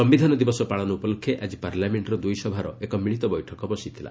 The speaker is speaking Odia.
ସମ୍ଭିଧାନ ଦିବସ ପାଳନ ଉପଲକ୍ଷେ ଆଜି ପାର୍ଲାମେଣ୍ଟର ଦୁଇ ସଭାର ଏକ ମିଳିତ ବୈଠକ ବସିଥିଲା